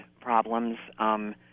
problems